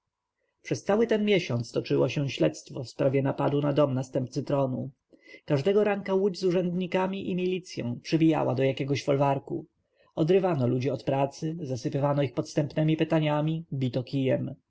przez cały ten miesiąc toczyło się śledztwo w sprawie napadu na dom następcy tronu każdego ranka łódź z urzędnikami i milicją przybijała do jakiegoś folwarku odrywano ludzi od pracy zasypywano ich podstępnemi pytaniami bito kijem